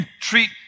treat